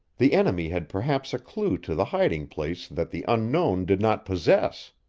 the enemy had perhaps a clue to the hiding-place that the unknown did not possess.